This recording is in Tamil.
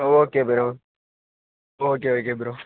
okay bro okay okay bro